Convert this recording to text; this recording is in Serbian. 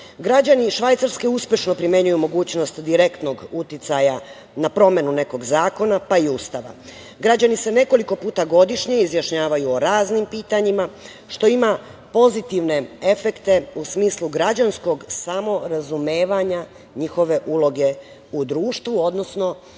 Građani Švajcarske uspešno primenjuju mogućnost direktnog uticaja na promenu nekog zakona, pa i Ustava. Građani se nekoliko puta godišnje izjašnjavaju o raznim pitanjima, što ima pozitivne efekte u smislu građanskog samorazumevanja njihove uloge u društvu, odnosno